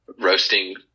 roasting